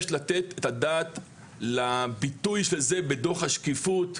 יש לתת את הדעת לביטוי של זה בדו"ח השקיפות,